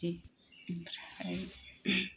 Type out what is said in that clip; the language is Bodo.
बिदि ओमफ्राय